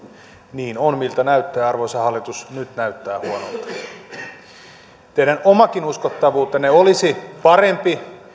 niin on miltä näyttää arvoisa hallitus nyt näyttää huonolta teidän omakin uskottavuutenne olisi parempi